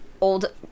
old